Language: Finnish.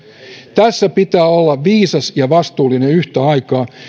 tässä pitää olla viisas ja vastuullinen yhtä aikaa